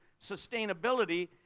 sustainability